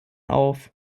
auf